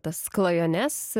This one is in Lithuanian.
tas klajones